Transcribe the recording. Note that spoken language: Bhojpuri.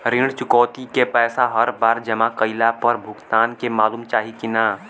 ऋण चुकौती के पैसा हर बार जमा कईला पर भुगतान के मालूम चाही की ना?